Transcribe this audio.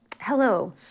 Hello